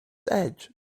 edge